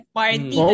party